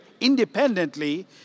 independently